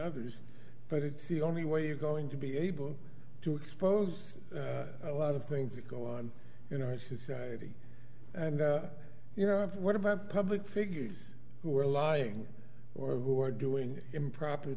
others but it's the only way you're going to be able to expose a lot of things that go on you know and you know what about public figures who are lying or who are doing improper